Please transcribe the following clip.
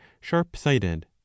sharp-sighted